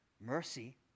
Mercy